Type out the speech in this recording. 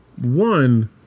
one